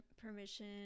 permission